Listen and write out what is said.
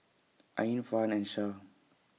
Ain Farhan and Shah